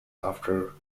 after